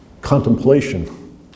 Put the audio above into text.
contemplation